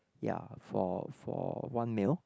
ya for for one meal